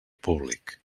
públic